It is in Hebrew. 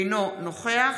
אינו נוכח